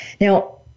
Now